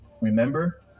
Remember